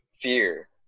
fear